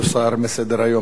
אנחנו עוברים לנושא הבא: